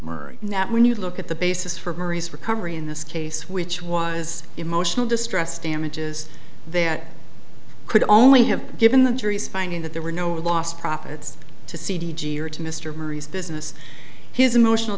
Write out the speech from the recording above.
or not when you look at the basis for various recovery in this case which was emotional distress damages that could only have given the jury's finding that there were no lost profits to c d g or to mr murray's business his emotional